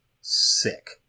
sick